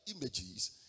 images